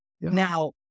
Now